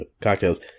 cocktails